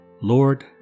Lord